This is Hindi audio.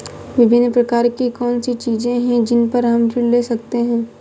विभिन्न प्रकार की कौन सी चीजें हैं जिन पर हम ऋण ले सकते हैं?